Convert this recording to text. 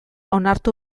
onartu